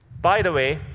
by the way,